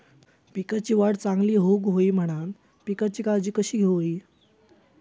पिकाची वाढ चांगली होऊक होई म्हणान पिकाची काळजी कशी घेऊक होई?